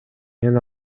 мен